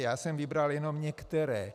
Já jsem vybral jenom některé.